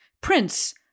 Prince